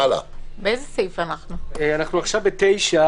אנחנו עכשיו בסעיף 9